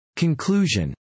CONCLUSION